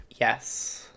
Yes